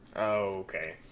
Okay